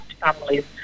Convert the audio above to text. families